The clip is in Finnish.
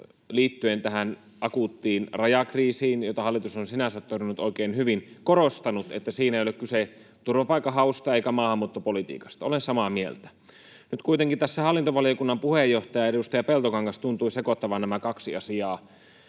liittyen akuuttiin rajakriisiin, jota hallitus on sinänsä torjunut oikein hyvin, korostanut, että siinä ei ole kyse turvapaikanhausta eikä maahanmuuttopolitiikasta. Olen samaa mieltä. Nyt kuitenkin tässä hallintovaliokunnan puheenjohtaja, edustaja Peltokangas tuntui sekoittavan nämä kaksi asiaa